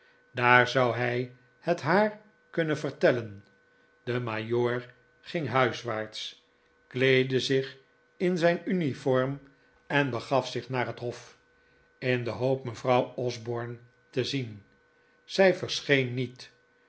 daar zou hij het haar kunnen vertellen de majoor ging huiswaarts kleedde zich in zijn uniform en begaf zich naar het hof in de hoop mevrouw osborne te zien zij verscheen niet